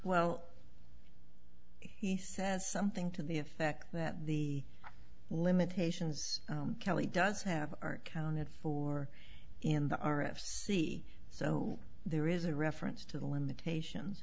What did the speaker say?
well he says something to the effect that the limitations kelly does have aren't counted for in the r f c so there is a reference to the limitations